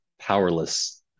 powerless